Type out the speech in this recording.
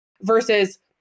versus